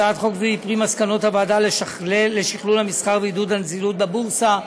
הצעת החוק היא פרי מסקנות הוועדה לשכלול המסחר ועידוד הנזילות בבורסה,